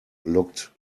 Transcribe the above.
looked